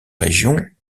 région